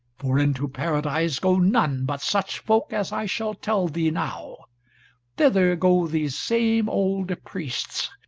for into paradise go none but such folk as i shall tell thee now thither go these same old priests,